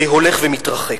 הולך ומתרחק.